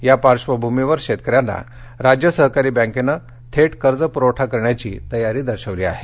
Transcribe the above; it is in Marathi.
त्या पार्श्वभूमीवर शेतकऱ्यांना राज्य सहकारी बँकेनं थेट कर्ज पूरवठा करण्याची तयारी दर्शवली आहे